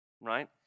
right